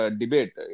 debate